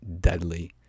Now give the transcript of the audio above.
deadly